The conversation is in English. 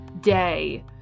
day